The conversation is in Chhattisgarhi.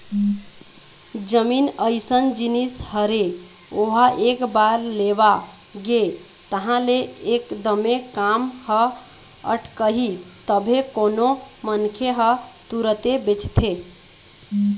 जमीन अइसन जिनिस हरे ओहा एक बार लेवा गे तहाँ ले एकदमे काम ह अटकही तभे कोनो मनखे ह तुरते बेचथे